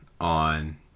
on